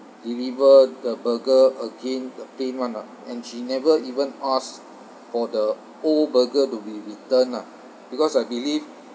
deliver the burger again the plain [one] ah and she never even ask for the old burger to be returned ah because I believe